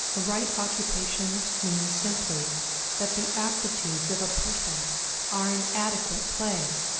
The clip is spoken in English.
a right occupation means simply that the aptitudes of a person are in adequate play,